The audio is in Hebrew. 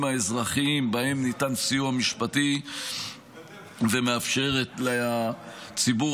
האזרחיים שבהם ניתן סיוע משפטי ומאפשרים לציבור